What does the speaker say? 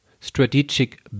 strategic